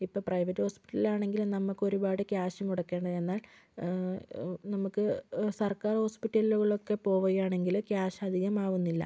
ഇപ്പം പ്രൈവറ്റ് ഹോസ്പിറ്റലിൽ ആണെങ്കിൽ നമുക്ക് ഒരുപാട് ക്യാഷ് മുടിക്കെണ്ടി ആണ് നമുക്ക് സർക്കാർ ഹോസ്പിറ്റലുകളിലേക്ക് പോകുവാണെങ്കില് ക്യാഷ് അധികം ആകുന്നില്ല